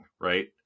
right